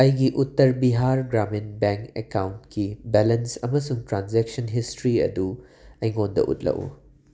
ꯑꯩꯒꯤ ꯎꯠꯇꯔ ꯕꯤꯍꯥꯔ ꯒ꯭ꯔꯥꯃꯤꯟ ꯕꯦꯡ ꯑꯀꯥꯎꯟꯀꯤ ꯕꯦꯂꯦꯟꯁ ꯑꯃꯁꯨꯡ ꯇ꯭ꯔꯥꯟꯖꯦꯛꯁꯟ ꯍꯤꯁꯇ꯭ꯔꯤ ꯑꯗꯨ ꯑꯩꯉꯣꯟꯗ ꯎꯠꯂꯛꯎ